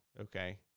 Okay